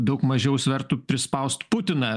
daug mažiau svertų prispaust putiną